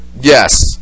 yes